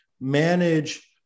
manage